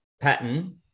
pattern